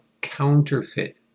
counterfeit